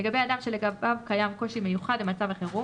לגבי אדם שלגביו קיים קושי מיוחד במצב החירום,